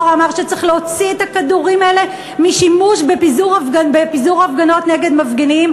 אמר שצריך להוציא את הכדורים האלה משימוש בפיזור הפגנות נגד מפגינים,